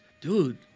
Dude